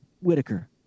Whitaker